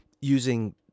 using